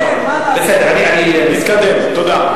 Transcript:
בסדר, אני אמרתי, נתקדם, תודה.